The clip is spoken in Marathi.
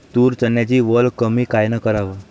तूर, चन्याची वल कमी कायनं कराव?